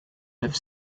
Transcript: lived